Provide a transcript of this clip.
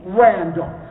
random